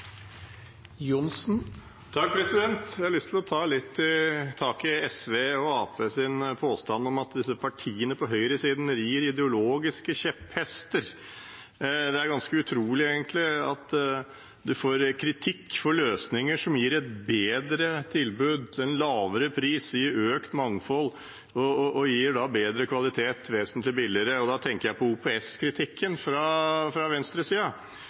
Jeg har lyst til å ta litt tak i SV og Arbeiderpartiets påstand om at disse partiene på høyresiden rir ideologiske kjepphester. Det er egentlig ganske utrolig at en får kritikk for løsninger som gir et bedre tilbud til en lavere pris, gir et økt mangfold og bedre kvalitet vesentlig billigere. Da tenker jeg på OPS-kritikken fra venstresiden. Nå kan kanskje Høyre forsvare OPS mer enn det jeg fra